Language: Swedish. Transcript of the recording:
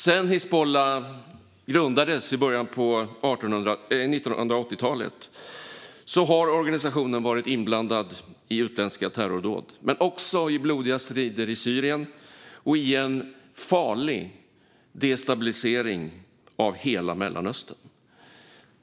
Sedan Hizbullah grundades i början av 1980-talet har organisationen varit inblandad i utländska terrordåd, men också i blodiga strider i Syrien och i en farlig destabilisering av hela Mellanöstern.